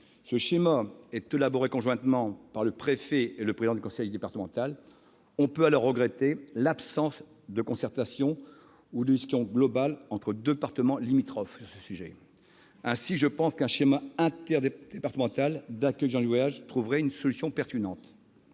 Ce schéma est élaboré conjointement par le préfet et le président du conseil départemental. On peut regretter l'absence de concertation ou de discussion globale entre départements limitrophes sur ce sujet. Je pense que la mise en place d'un schéma interdépartemental d'accueil des gens du voyage constituerait une solution pertinente.